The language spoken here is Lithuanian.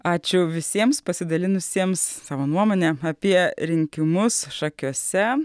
ačiū visiems pasidalinusiems savo nuomone apie rinkimus šakiuose